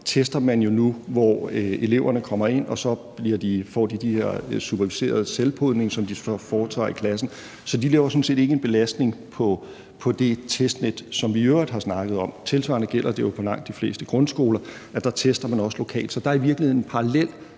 tester man jo nu på den måde, at eleverne kommer ind, og så har de den her superviserede selvpodning, som de foretager i klassen. Så de udgør sådan set ikke en belastning på det testnet, som vi i øvrigt har snakket om. Tilsvarende gælder det jo for langt de fleste grundskoler, at der tester man også lokalt. Så der er i virkeligheden en parallel